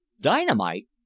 Dynamite